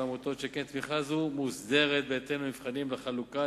שכן תמיכה זו מוסדרת בהתאם למבחנים לחלוקת